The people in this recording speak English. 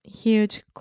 huge